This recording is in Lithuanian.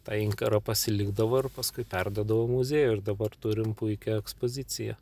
tą inkarą pasilikdavo ir paskui perduodavo muziejui ir dabar turime puikią ekspoziciją